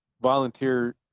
volunteer